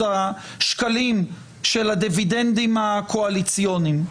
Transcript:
השקלים של הדיווידנדים הקואליציוניים.